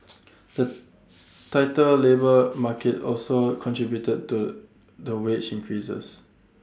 the tighter labour market also contributed to the wage increases